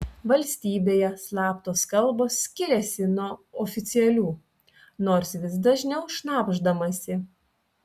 valstybėje slaptos kalbos skiriasi nuo oficialių nors vis dažniau šnabždamasi